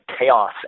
chaos